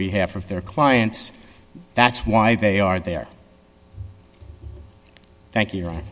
behalf of their clients that's why they are there thank you